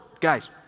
guys